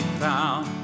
found